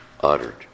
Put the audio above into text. uttered